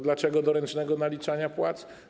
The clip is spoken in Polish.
Dlaczego do ręcznego naliczania płac?